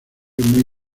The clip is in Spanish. muy